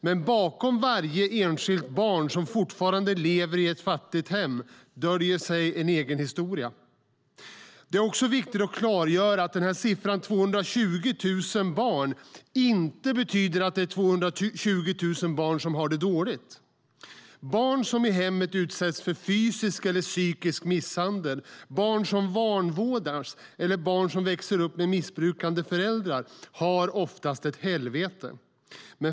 Men bakom varje enskilt barn som fortfarande lever i ett fattigt hem döljer sig en egen historia. Det är också viktigt att klargöra att siffran 220 000 barn inte betyder att det är 220 000 barn som har det dåligt. Barn som utsätts för fysisk eller psykisk misshandel i hemmet, barn som vanvårdas eller barn som växer upp med missbrukande föräldrar har oftast ett helvete.